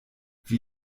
wie